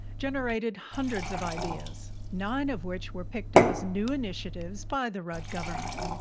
generated hundreds of ideas, nine of which were picked up as new initiatives by the rudd government.